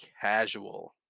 casual